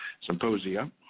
symposia